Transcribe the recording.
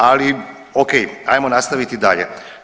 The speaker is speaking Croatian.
Ali ok, ajmo nastaviti dalje.